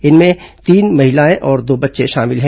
इनमें तीन महिलाएं और दो बच्चे शामिल हैं